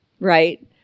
right